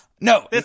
No